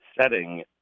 setting